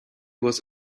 was